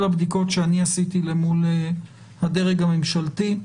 הבדיקות שאני עשיתי למול הדרג הממשלתי,